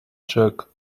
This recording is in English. jerk